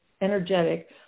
energetic